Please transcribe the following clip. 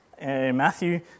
Matthew